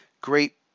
great